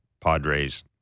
Padres